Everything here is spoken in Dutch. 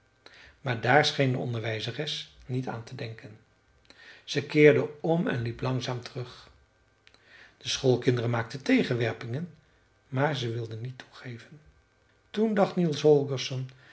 maar daar scheen de onderwijzeres niet aan te denken ze keerde om en liep langzaam terug de schoolkinderen maakten tegenwerpingen maar zij wilde niet toegeven toen dacht niels